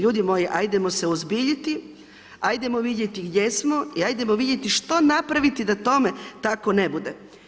Ljudi moji ajdemo se uozbiljiti, ajdemo vidjeti gdje smo i ajdemo vidjeti što napraviti da tome tako ne bude.